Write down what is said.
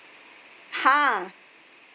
!huh!